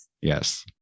Yes